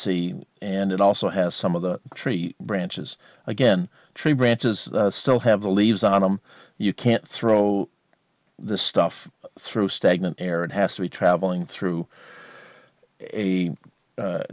see and it also has some of the tree branches again tree branches still have the leaves on them you can't throw the stuff through stagnant air it has to be traveling through a